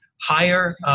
higher